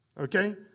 Okay